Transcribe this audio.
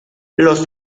los